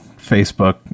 Facebook